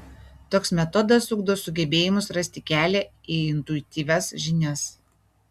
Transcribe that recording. toks metodas ugdo sugebėjimus rasti kelią į intuityvias žinias